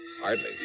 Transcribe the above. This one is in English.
Hardly